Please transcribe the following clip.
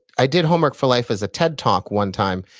i did homework for life as a ted talk one time,